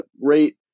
rate